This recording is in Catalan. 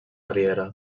riera